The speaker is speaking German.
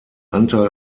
anteil